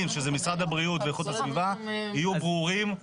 שזה משרד הבריאות ואיכות הסביבה יהיו ברורים,